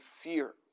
fear